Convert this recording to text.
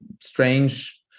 strange